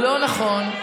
לא נכון.